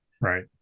Right